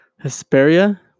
Hesperia